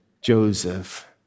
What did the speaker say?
Joseph